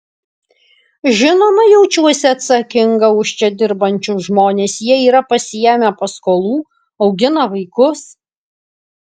žinoma jaučiuosi atsakinga už čia dirbančius žmones jie yra pasiėmę paskolų augina vaikus